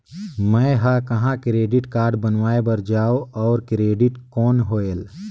मैं ह कहाँ क्रेडिट कारड बनवाय बार जाओ? और क्रेडिट कौन होएल??